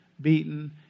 beaten